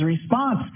response